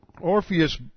Orpheus